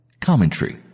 Commentary